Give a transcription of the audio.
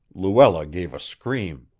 luella gave a scream.